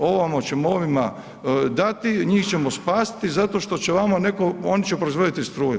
Ovo oćemo ovima dati, njih ćemo spasiti zato što će vama neko, oni će proizvoditi struju.